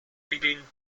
feeding